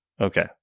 Okay